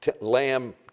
lamb